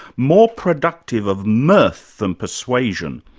more productive of mirth than persuasion.